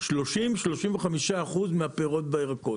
שלושים עד שלושים וחמישה אחוז מהפירות והירקות.